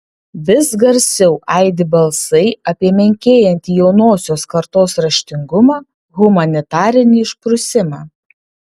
vis garsiau aidi balsai apie menkėjantį jaunosios kartos raštingumą humanitarinį išprusimą